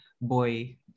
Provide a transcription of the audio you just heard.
boy